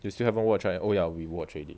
you still haven't watch right oh ya we watch already